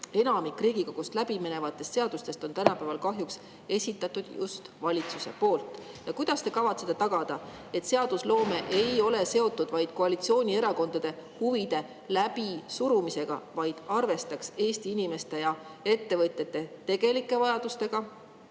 Riigikogust läbi minevatest seadustest on esitanud valitsus. Kuidas te kavatsete tagada, et seadusloome ei ole seotud vaid koalitsioonierakondade huvide läbisurumisega, vaid arvestaks Eesti inimeste ja ettevõtete tegelikke vajadusi